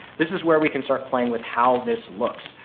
this is where we can start playing with how this looks.